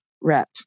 rep